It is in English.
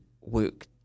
work